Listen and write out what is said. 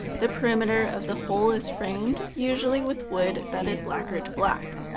the perimeter of the whole is framed, usually with wood that is lacquered black.